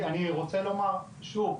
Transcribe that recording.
אני רוצה לומר שוב.